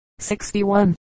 61